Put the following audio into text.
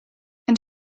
and